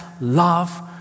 love